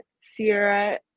sierra